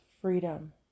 freedom